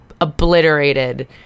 obliterated